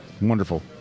Wonderful